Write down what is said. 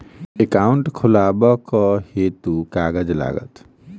Account खोलाबक हेतु केँ कागज लागत?